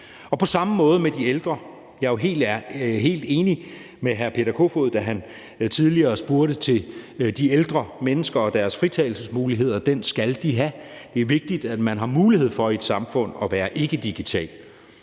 vi forholde os til de ældre. Jeg var helt enig med hr. Peter Kofod, da han tidligere spurgte til de ældre mennesker og deres fritagelsesmulighed. Den skal de have. Det er vigtigt, at man har mulighed for i et samfund at være ikkedigital.